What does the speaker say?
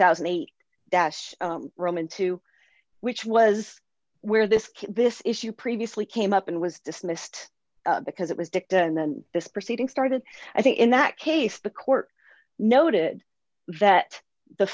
thousand and eight roman two which was where this this issue previously came up and was dismissed because it was dicked and then this proceeding started i think in that case the court noted that the